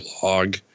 blog